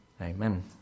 Amen